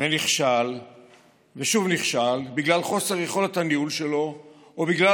ונכשל ושוב נכשל בגלל חוסר יכולת הניהול שלו ובגלל